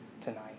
tonight